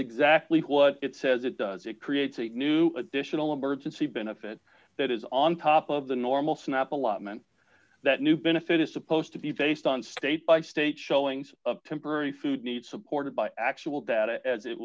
exactly what it says it does it creates a new additional emergency benefit that is on top of the normal snap allotment that new benefit is supposed to be based on state by state showings of temporary food needs supported by actual data as it